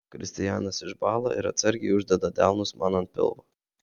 kristijanas išbąla ir atsargiai uždeda delnus man ant pilvo